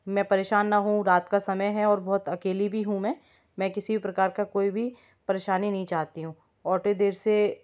मैं परेशान ना होऊँ रात का समय है और बहुत अकेली भी हूँ मैं मैं किसी भी प्रकार का कोई भी परेशानी नहीं चाहती हूँ ऑटो देर से